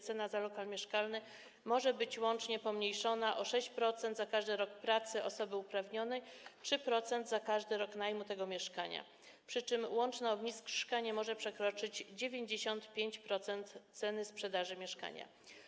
Cena za lokal mieszkalny może być łącznie pomniejszona o 6% za każdy rok pracy osoby uprawnionej i o 3% za każdy rok najmu tego mieszkania, przy czym łączna obniżka nie może przekroczyć 95% ceny sprzedaży mieszkania.